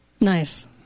Nice